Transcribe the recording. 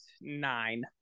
nine